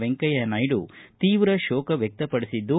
ವೆಂಕಯ್ಯ ನಾಯ್ಡ ತೀವ್ರ ಶೋಕ ವ್ಯಕ್ತಪಡಿಸಿದ್ದು